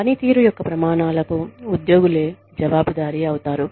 పని తీరు యొక్క ప్రమాణాలకు ఉద్యోగులే జవాబుదారీ అవుతారు